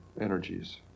energies